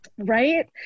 Right